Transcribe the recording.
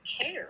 care